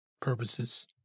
purposes